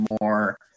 more